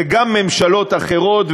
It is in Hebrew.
זה גם ממשלות אחרות,